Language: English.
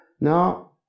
Now